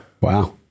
Wow